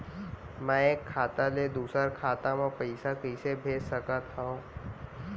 मैं एक खाता ले दूसर खाता मा पइसा कइसे भेज सकत हओं?